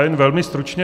Jen velmi stručně.